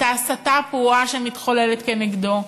את ההסתה הפרועה שמתחוללת כנגדו.